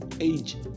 age